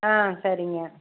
ஆ சரிங்க